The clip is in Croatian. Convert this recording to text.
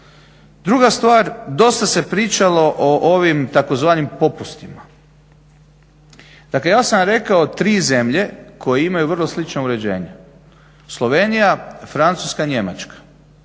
Druga stvar, dosta se pričalo o ovim tzv. popustima. Dakle ja sam rekao tri zemlje koje imaju vrlo slično uređenje Slovenija, Francuska, Njemačka.